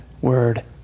Word